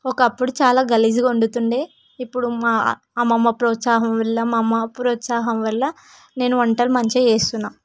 ఒకప్పుడు చాలా గలీజ్గా వండుతుండేది ఇప్పుడు మా అమ్మమ్మ ప్రోత్సహం వల్ల మా అమ్మ ప్రోత్సహం వల్ల నేను వంటలు మంచిగా చేస్తున్నాను